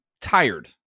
tired